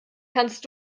kannst